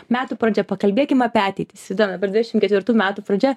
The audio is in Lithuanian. metų pradžia pakalbėkim apie ateitį įsivaizduokim dabar dešimt ketvirtų metų pradžia